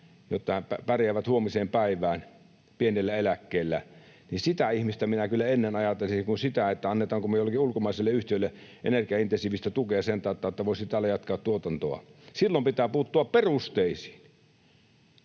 jotta he pärjäävät huomiseen päivään pienillä eläkkeillä, sitä ihmistä minä kyllä ennen ajattelisin kuin sitä, annetaanko me joillekin ulkomaisille yhtiöille energiaintensiivistä tukea sen tautta, että voisivat täällä jatkaa tuotantoaan. Silloin pitää puuttua perusteisiin,